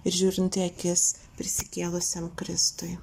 ir žiūrint į akis prisikėlusiam kristui